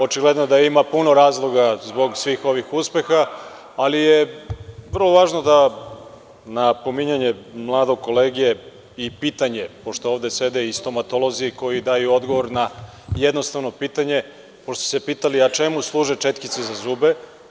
Očigledno je da ima puno razloga zbog svih ovih uspeha, ali je vrlo važno da na pominjanje mladog kolege i pitanje, pošto ovde sede i stomatolozi i daju odgovor na jednostavno pitanje, pošto ste se pitali čemu služi četkica za zube.